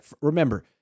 Remember